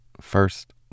First